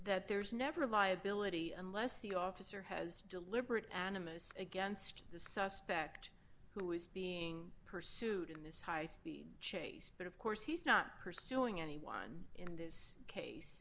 that there's never a viability unless the officer has deliberate animus against this suspect who is being pursued in this high speed chase but of course he's not pursuing anyone in this